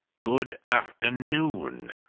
good afternoon,